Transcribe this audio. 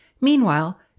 Meanwhile